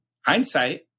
hindsight